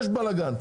יש בלגאן.